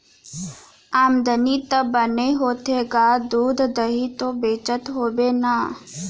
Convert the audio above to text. आमदनी ह बने होथे गा, दूद, दही तो बेचत होबे ना?